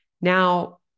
Now